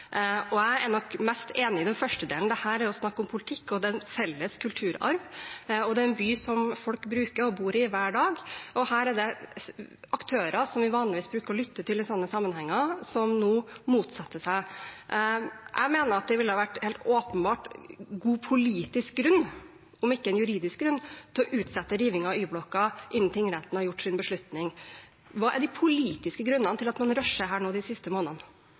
Jeg er nok mest enig i den første delen. Her er det jo snakk om politikk: Det er en felles kulturarv, og det er en by som folk bruker og bor i hver dag, og det er aktører som vi vanligvis bruker å lytte til i slike sammenhenger, som nå motsetter seg. Jeg mener at det helt åpenbart ville ha vært en god politisk grunn – om ikke en juridisk grunn – til å utsette rivingen av Y-blokka inntil tingretten har tatt sin beslutning. Hva er de politiske grunnene til at man rusher nå de siste månedene?